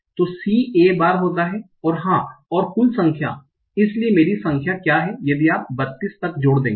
तो c a बार होता है हाँ और कुल संख्या इसलिए मेरी कुल संख्या क्या है यदि आप 32 तक जोड़ देंगे